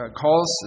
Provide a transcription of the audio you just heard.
calls